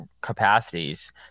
capacities